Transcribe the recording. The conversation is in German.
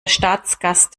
staatsgast